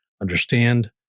understand